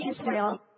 Israel